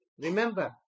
remember